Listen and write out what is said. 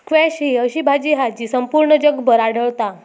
squash ही अशी भाजी हा जी संपूर्ण जगभर आढळता